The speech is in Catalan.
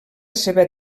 seva